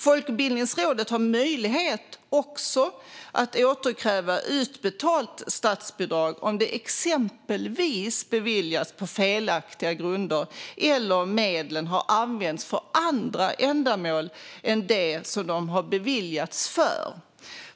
Folkbildningsrådet har också möjlighet att återkräva utbetalat statsbidrag om det exempelvis beviljats på felaktiga grunder eller om medlen har använts för andra ändamål än det de har beviljats för.